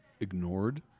ignored